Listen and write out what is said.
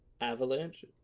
Avalanche